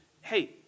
hey